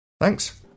Thanks